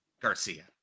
Garcia